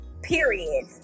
period